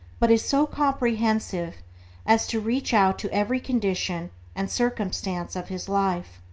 but is so comprehensive as to reach out to every condition and circumstance of his life.